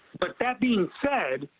but that being said,